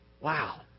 Wow